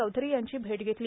चौधरी यांची भेट घेतली